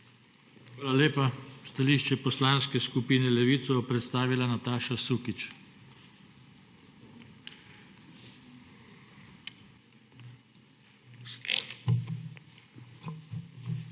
lepa. Stališče Poslanske skupine Levica bo predstavila Nataša Sukič.